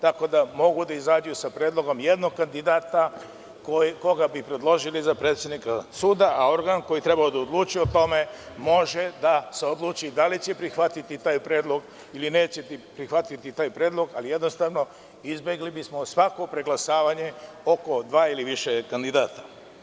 Tako da mogu da izađu sa predlogom jednog kandidata koga bi predložili za predsednika suda, a organ koji treba da odlučuje o tome može da se odluči da li će prihvatiti taj predlog ili neće prihvatiti taj predlog, ali jednostavno izbegli bismo svako preglasavanje oko dva ili više kandidata.